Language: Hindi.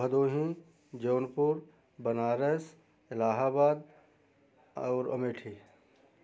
भदोही जौनपुर बनारस इलाहबाद और अमेठी